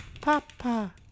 Papa